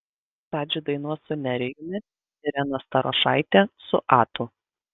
radži dainuos su nerijumi irena starošaitė su atu